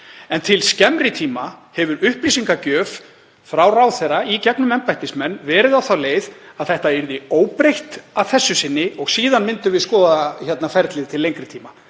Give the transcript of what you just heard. En til skemmri tíma hefur upplýsingagjöf frá ráðherra í gegnum embættismenn verið á þá leið að þetta yrði óbreytt að þessu sinni og síðan myndum við skoða ferlið til lengri tíma.